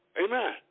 Amen